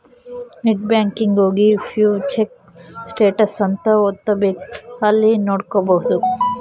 net banking ಹೋಗಿ view check status ಅಂತ ಒತ್ತಬೆಕ್ ಅಲ್ಲಿ ನೋಡ್ಕೊಬಹುದು